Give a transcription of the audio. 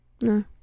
No